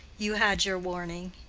you had your warning.